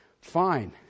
Fine